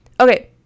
okay